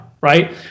right